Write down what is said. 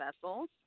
vessels